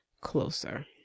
closer